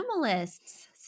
Minimalists